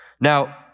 Now